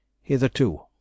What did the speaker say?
Hitherto